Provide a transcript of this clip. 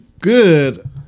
good